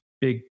big